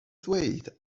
dweud